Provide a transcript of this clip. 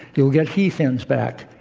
you'll get heath hens back,